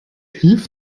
hilf